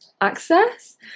access